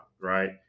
right